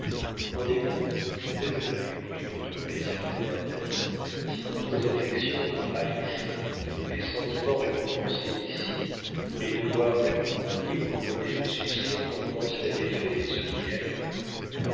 mon ami dit-elle l'œil brillant de plaisir maternel si d'autres affections nous trahissent les sentiments récompensés ici les devoirs accomplis et couronnés de succès compensent la défaite essuyée ailleurs